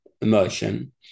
emotion